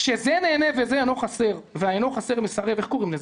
כשזה נהנה וזה אינו חסר והאינו חסר מסרב איך קוראים לזה?